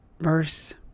verse